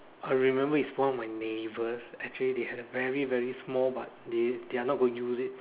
I remember is one of the my neighbour's actually they had very very small but they're not going to use it